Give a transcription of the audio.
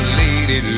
lady